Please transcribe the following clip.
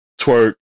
twerk